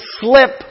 slip